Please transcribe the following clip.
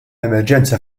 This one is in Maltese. emerġenza